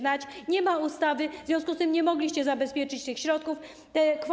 Nie ma ustawy, w związku z tym nie mogliście zabezpieczyć tych środków.